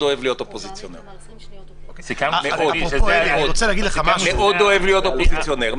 אני מאוד אוהב להיות אופוזיציונר.